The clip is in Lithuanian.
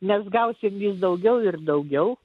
nes gausim vis daugiau ir daugiau